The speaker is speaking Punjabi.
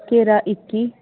ਘੇਰਾ ਇੱਕੀ